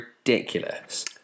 ridiculous